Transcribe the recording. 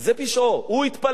הוא התפלל בהר-הבית.